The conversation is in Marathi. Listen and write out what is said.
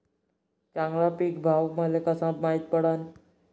चांगला पीक भाव मले कसा माइत होईन?